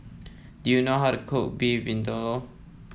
do you know how to cook Beef Vindaloo